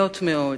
עניות מאוד,